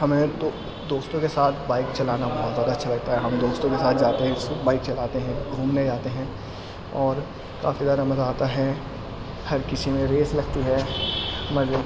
ہمیں تو دوستوں کے ساتھ بائک چلانا بہت زیادہ اچھا لگتا ہے ہم دوستوں کے ساتھ جاتے ہیں بائک چلاتے ہیں گھومنے جاتے ہیں اور کافی زیادہ مزہ آتا ہے ہر کسی میں ریس لگتی ہے مزے